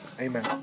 Amen